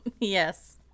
Yes